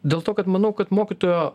dėl to kad manau kad mokytojo